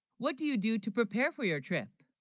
what do you do to prepare for your trip?